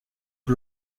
que